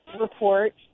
report